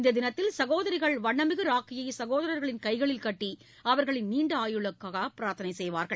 இந்த தினத்தில் சகோதரிகள் வண்ணமிகு ராக்கியை சகோதரா்களின் கைகளில் கட்டி அவா்களின் நீண்ட ஆயுளுக்காக பிராத்தனை செய்வார்கள்